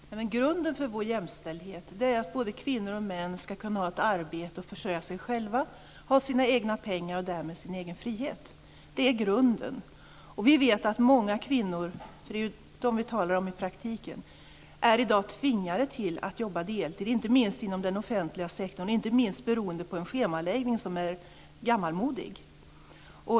Herr talman! Grunden för vår jämställdhet är att både kvinnor och män ska kunna ha ett arbete och försörja sig själva, ha sina egna pengar och därmed sin egen frihet. Det är grunden. Vi vet att många kvinnor, för det är ju dem vi talar om i praktiken, i dag är tvingade att jobba deltid. Det gäller inte minst inom den offentliga sektorn, och inte minst beroende på en schemaläggning som är gammalmodig.